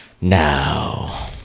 now